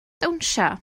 dawnsio